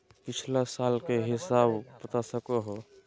पिछला साल के हिसाब बता सको हो?